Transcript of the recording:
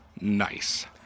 Nice